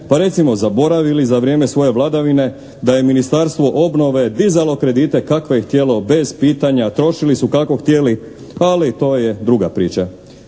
pa recimo zaboravili za vrijeme svoje vladavine da je Ministarstvo obnove dizalo kredite kakve je htjelo bez pitanja. Trošili su kako htjeli, ali to je druga priča.